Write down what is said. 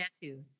tattoo